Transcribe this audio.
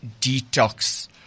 Detox